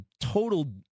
total